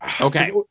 okay